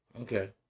Okay